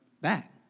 back